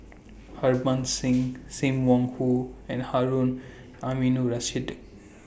Harbans Singh SIM Wong Hoo and Harun Aminurrashid